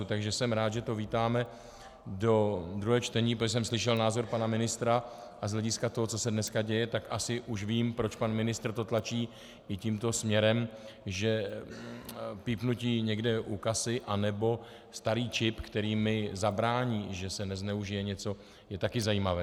Takže jsem rád, když to dáme do druhého čtení, protože jsem slyšel názor pana ministra a z hlediska toho, co se dneska děje, tak asi už vím, proč pan ministr to tlačí i tímto směrem, že pípnutí někde u kasy nebo starý čip, který mi zabrání, že se nezneužije něco, je taky zajímavé.